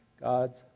God's